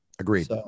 Agreed